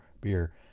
beer